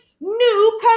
New